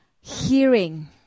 hearing